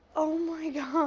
oh, my god.